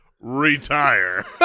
retire